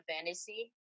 Fantasy